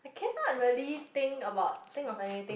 I cannot really think about think of anything